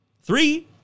Three